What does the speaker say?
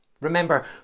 Remember